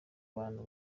bantu